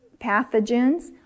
pathogens